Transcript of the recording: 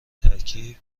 ترکیب